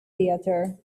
theater